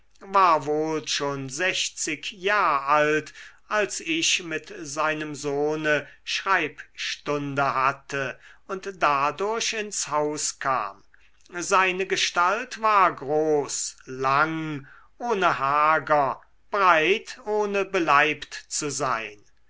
war wohl schon sechzig jahr alt als ich mit seinem sohne schreibstunde hatte und dadurch ins haus kam seine gestalt war groß lang ohne hager breit ohne beleibt zu sein